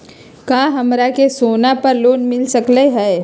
का हमरा के सोना पर लोन मिल सकलई ह?